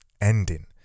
ending